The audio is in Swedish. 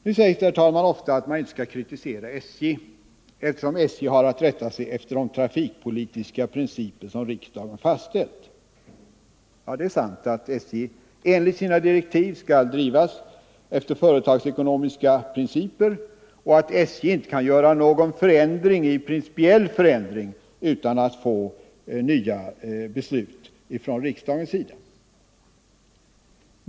Nu sägs det ofta att man inte skall kritisera SJ, eftersom SJ har att rätta sig efter de trafikpolitiska principer som riksdagen har fastställt. Ja, det är sant att SJ enligt sina direktiv skall drivas efter företagsekonomiska principer och att SJ inte kan göra någon principiell förändring utan nya beslut av riksdagen.